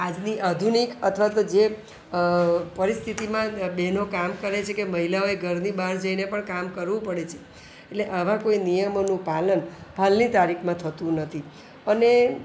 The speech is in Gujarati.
આજની આધુનિક અથવા તો જે પરિસ્થતિમાં બહેનો કામ કરે છે કે મહિલાઓએ ઘરની બહાર જઈને પણ કામ કરવું પડે છે એટલે આવા કોઈ નિયમોનું પાલન હાલની તારીખમાં થતું નથી